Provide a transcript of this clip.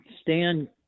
Stan